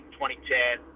2010